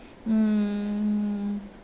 mm